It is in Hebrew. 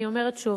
אני אומרת שוב,